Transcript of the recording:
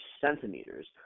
centimeters